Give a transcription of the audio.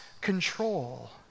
control